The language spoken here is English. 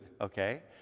okay